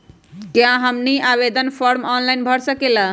क्या हमनी आवेदन फॉर्म ऑनलाइन भर सकेला?